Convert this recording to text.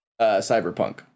Cyberpunk